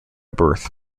birth